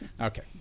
Okay